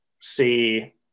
see